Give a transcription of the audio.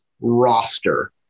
roster